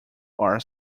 are